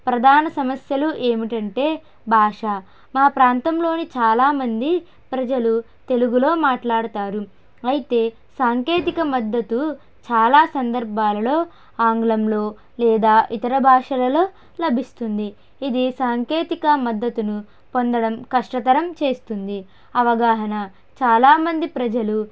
ప్రధాన సమస్యలు ఏమిటంటే భాష మా ప్రాంతంలోని చాలామంది ప్రజలు తెలుగులో మాట్లాడతారు అయితే సాంకేతిక మద్దతు చాలా సందర్భాలలో ఆంగ్లంలో లేదా ఇతర భాషలలో లభిస్తుంది ఇది సాంకేతిక మద్దతును పొందడం కష్టతరం చేస్తుంది అవగాహన చాలామంది ప్రజలు